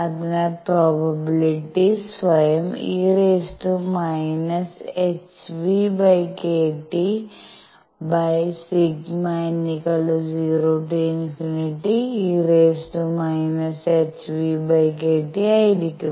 അതിനാൽ പ്രോബബിലിറ്റി സ്വയം e⁻ⁿʰᵛᵏᵀ∑∞ₙ₌₀e⁻ⁿʰᵛᵏᵀ ആയിരിക്കും